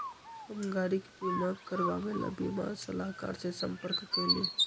हम गाड़ी के बीमा करवावे ला बीमा सलाहकर से संपर्क कइली